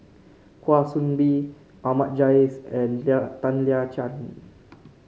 Kwa Soon Bee Ahmad Jais and Tan Lian Chye